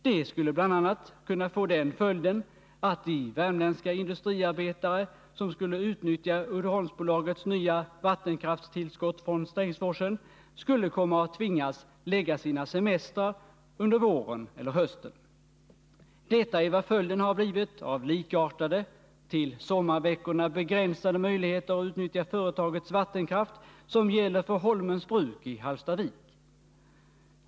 Det skulle bl.a. kunna få den följden att de värmländska industriarbetare som skulle utnyttja Uddeholmsbolagets nya vattenkraftstillskott från Strängsforsen skulle komma att tvingas ta ut sina semestrar under våren eller hösten. Detta är vad följden har blivit av likartade, till sommarveckorna begränsade möjligheter att utnyttja företagets vattenkraft som gäller för Holmens bruk i Hallstavik.